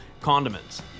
condiments